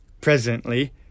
Presently